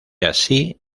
así